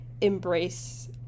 embrace